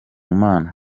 mana